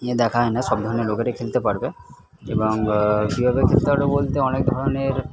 ইয়ে দেখায় না সব ধরনের লোকেরাই খেলতে পারবে এবং কীভাবে খেলতে পারবে বলতে অনেক ধরণের